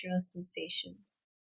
sensations